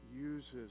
uses